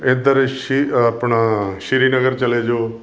ਇਧਰ ਸ਼੍ਰ ਆਪਣਾ ਸ਼੍ਰੀਨਗਰ ਚਲੇ ਜਾਓ